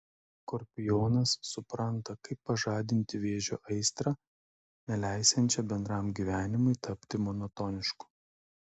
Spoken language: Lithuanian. skorpionas supranta kaip pažadinti vėžio aistrą neleisiančią bendram gyvenimui tapti monotonišku